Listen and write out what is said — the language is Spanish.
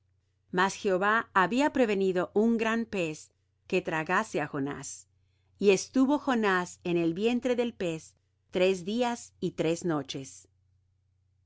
mas jehová había prevenido un gran pez que tragase á jonás y estuvo jonás en el vientre del pez tres días y tres noches